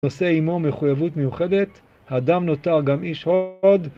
‫נושא עימו מחויבות מיוחדת. ‫האדם נותר גם איש הוד.